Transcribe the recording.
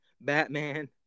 Batman